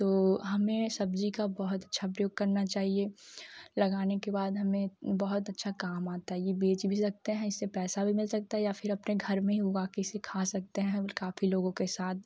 तो हमें सब्ज़ी का बहुत अच्छा प्रयोग करना चाहिए लगाने के बाद हमें बहुत अच्छा काम आता है यह बेच भी सकते हैं इससे पैसा भी मिल सकता है या फ़िर अपने घर में उगाकर खा भी सकते हैं और काफ़ी लोगों के साथ